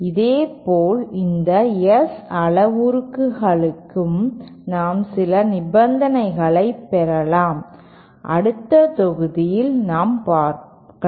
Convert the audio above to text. இதேபோல் இந்த S அளவுருக்களுக்கும் நாம் சில நிபந்தனைகளைப் பெறலாம் அடுத்த தொகுதியில் நாம் பெறலாம்